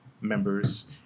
members